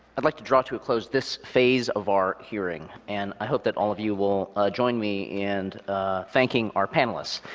i'd like to draw to a close this phase of our hearing, and i hope that all of you will join me in and thanking our panelists.